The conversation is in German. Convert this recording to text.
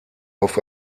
auf